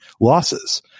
losses